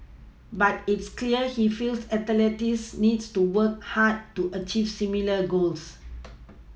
but it's clear he feels athletes need to work hard to achieve similar goals